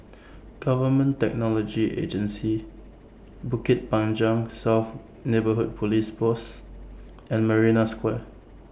Government Technology Agency Bukit Panjang South Neighbourhood Police Post and Marina Square